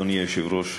אדוני היושב-ראש,